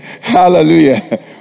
Hallelujah